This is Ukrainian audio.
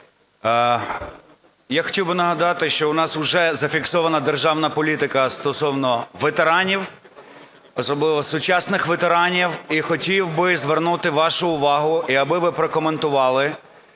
Я хотів би нагадати, що у нас уже зафіксована державна політика стосовно ветеранів, особливо сучасних ветеранів. І хотів би звернути вашу увагу, аби ви прокоментували.